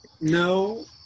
No